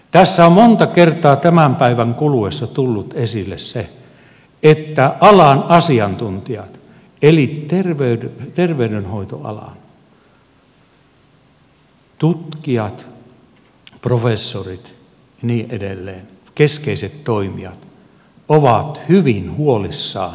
tässä on monta kertaa tämän päivän kuluessa tullut esille se että alan asiantuntijat eli terveydenhoitoala tutkijat professorit ja niin edelleen keskeiset toimijat ovat hyvin huolissaan